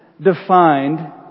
defined